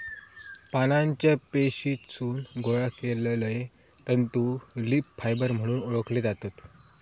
पानांच्या पेशीतसून गोळा केलले तंतू लीफ फायबर म्हणून ओळखले जातत